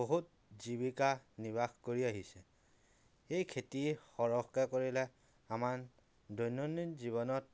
বহুত জীৱিকা নিৰ্বাহ কৰি আহিছে এই খেতিয়ে সৰহকে কৰিলে আমাৰ দৈনন্দিন জীৱনত